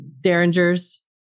derringers